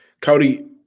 Cody